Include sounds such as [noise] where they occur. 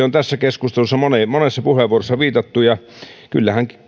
[unintelligible] on tässä keskustelussa monessa puheenvuorossa viitattu kyllähän